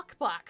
lockbox